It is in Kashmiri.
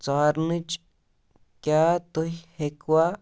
ژھارنٕچ کیٛاہ تُہۍ ہیٚکوا